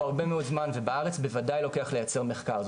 הרבה מאוד זמן ובארץ בוודאי לוקח לייצר מחקר,